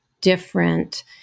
different